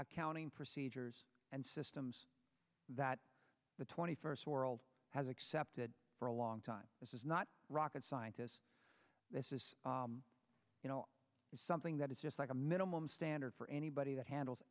accounting procedures and systems that the twenty first world has accepted for a long time this is not rocket scientists this is something that is just like a minimum standard for anybody that handles